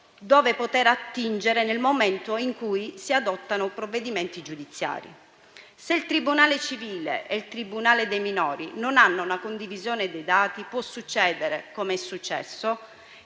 dove poter attingere nel momento in cui si adottano provvedimenti giudiziari. Se il tribunale civile e il tribunale dei minori non hanno una condivisione dei dati, può succedere - com'è successo